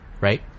right